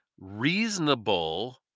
reasonable